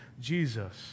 Jesus